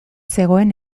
zegoen